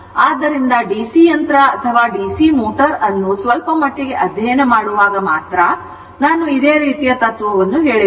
ಆದ್ದರಿಂದ ಡಿಸಿ ಯಂತ್ರ ಅಥವಾ ಡಿಸಿ ಮೋಟರ್ ಅನ್ನು ಸ್ವಲ್ಪಮಟ್ಟಿಗೆ ಅಧ್ಯಯನ ಮಾಡುವಾಗ ಮಾತ್ರ ನಾನು ಇದೇ ರೀತಿಯ ತತ್ತ್ವವನ್ನು ಹೇಳಿದ್ದೇನೆ